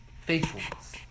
faithfulness